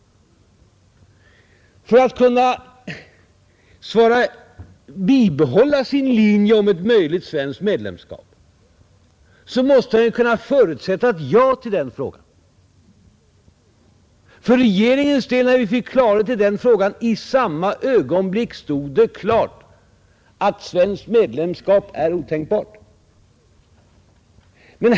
För att kunna bibehålla sin linje om ett möjligt svenskt medlemskap måste herr Bohman kunna förutsätta ett ja som svar på denna fråga. I samma ögonblick som regeringen fick klarhet i detta problem förstod vi att svenskt medlemskap var otänkbart.